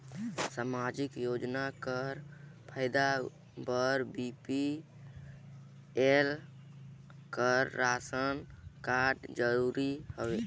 समाजिक योजना कर फायदा बर बी.पी.एल कर राशन कारड जरूरी हवे?